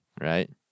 Right